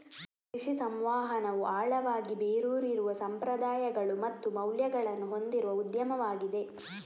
ಕೃಷಿ ಸಂವಹನವು ಆಳವಾಗಿ ಬೇರೂರಿರುವ ಸಂಪ್ರದಾಯಗಳು ಮತ್ತು ಮೌಲ್ಯಗಳನ್ನು ಹೊಂದಿರುವ ಉದ್ಯಮವಾಗಿದೆ